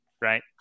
right